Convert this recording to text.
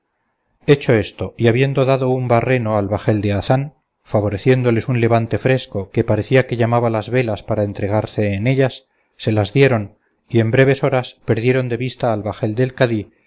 leonisa hecho esto y habiendo dado un barreno al bajel de hazán favoreciéndoles un levante fresco que parecía que llamaba las velas para entregarse en ellas se las dieron y en breves horas perdieron de vista al bajel del cadí